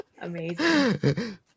Amazing